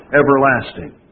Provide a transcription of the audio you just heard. everlasting